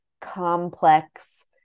complex